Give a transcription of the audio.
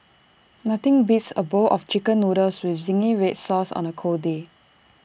nothing beats A bowl of Chicken Noodles with Zingy Red Sauce on A cold day